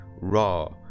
raw